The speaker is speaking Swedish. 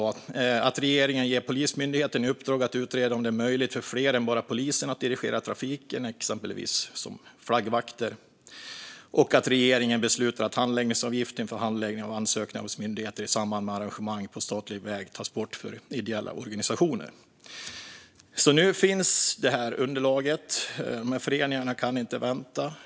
Det är förslaget om att regeringen ska ge Polismyndigheten i uppdrag att utreda om det är möjligt för fler än bara polisen att dirigera trafiken, exempelvis som flaggvakter. Och det är förslaget om att regeringen ska besluta att handläggningsavgiften för handläggning av ansökningar hos myndigheter i samband med arrangemang på statlig väg ska tas bort för ideella organisationer. Nu finns detta underlag, men föreningarna kan inte vänta.